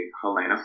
Helena